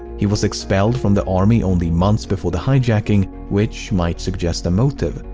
he was expelled from the army only months before the hijacking, which might suggest a motive.